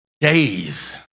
Days